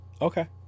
Okay